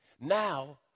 Now